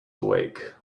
awake